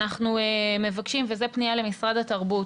אנחנו מבקשים, וזה פנייה למשרד התרבות,